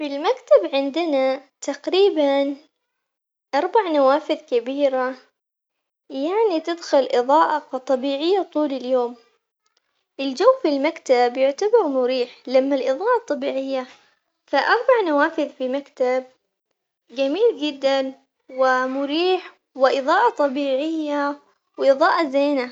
بالمكتب عندنا تقريباً أربع نوافذ كبيرة يعني تدخل إضاءة طبيعية طول اليوم، الجو في المكتب يعتبر مريح لأنه الإضاءة الطبيعية فأربع نوافذ في مكتب جميل جداً ومريح وإضاءة طبيعية وإضاءة زينة.